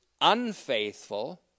unfaithful